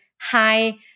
hi